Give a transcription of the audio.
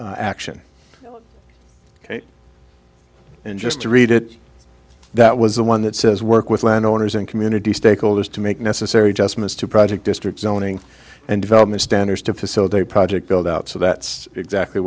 that action and just to read it that was the one that says work with landowners and community stakeholders to make necessary just missed to project district zoning and development standards to facilitate a project build out so that's exactly